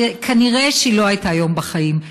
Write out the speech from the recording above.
כנראה שהיא לא הייתה היום בחיים.